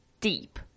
deep